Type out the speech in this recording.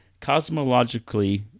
cosmologically